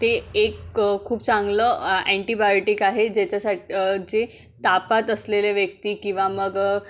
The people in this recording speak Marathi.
ते एक खूप चांगलं अँटीबायोटिक आहे ज्याच्यासाठ जे तापात असलेले व्यक्ती किंवा मग